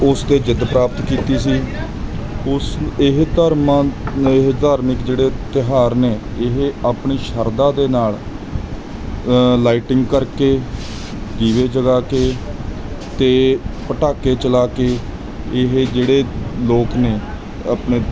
ਉਸ 'ਤੇ ਜਿੱਤ ਪ੍ਰਾਪਤ ਕੀਤੀ ਸੀ ਉਸ ਇਹ ਧਰਮਾਂ ਇਹ ਧਾਰਮਿਕ ਜਿਹੜੇ ਤਿਉਹਾਰ ਨੇ ਇਹ ਆਪਣੀ ਸ਼ਰਧਾ ਦੇ ਨਾਲ ਲਾਈਟਿੰਗ ਕਰਕੇ ਦੀਵੇ ਜਗਾ ਕੇ ਅਤੇ ਪਟਾਕੇ ਚਲਾ ਕੇ ਇਹ ਜਿਹੜੇ ਲੋਕ ਨੇ ਆਪਣੇ